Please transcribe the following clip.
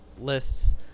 lists